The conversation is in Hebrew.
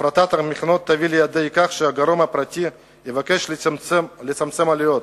הפרטת המכינות תביא לידי כך שהגורם הפרטי יבקש לצמצם עלויות,